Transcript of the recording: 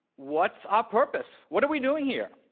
what's our purpose? what are we doing here?